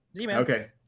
Okay